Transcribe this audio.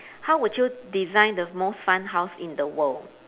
how would you design the most fun house in the world